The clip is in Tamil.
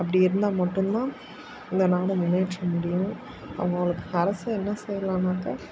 அப்படி இருந்தால் மட்டும்தான் இந்த நாடு முன்னேற்ற முடியும் அவர்களுக்கு அரசு என்ன செய்யலானாக்கா